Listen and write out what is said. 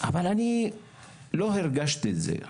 אבל אני לא הרגשתי את זה.